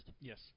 Yes